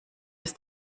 ist